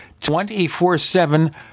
24-7